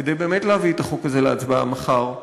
כדי באמת להביא את החוק הזה להצבעה מחר,